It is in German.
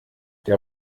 der